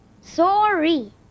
Sorry